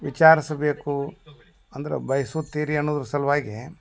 ವಿಚಾರಿಸಬೇಕು ಅಂದ್ರೆ ಭಯಸುತ್ತೀರಿ ಅನ್ನೋದ್ರ ಸಲುವಾಗಿ